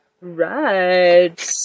Right